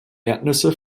erdnüsse